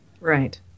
Right